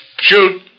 Shoot